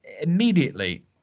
immediately